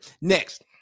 Next